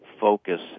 focus